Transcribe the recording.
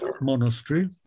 monastery